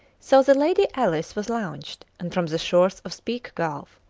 so the lady alice was launched, and from the shores of speke gulf,